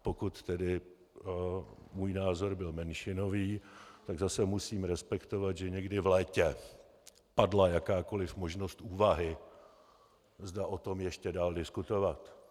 Pokud tedy můj názor byl menšinový, tak zase musím respektovat, že někdy v létě padla jakákoliv možnost úvahy, zda o tom ještě dál diskutovat.